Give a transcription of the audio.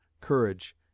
courage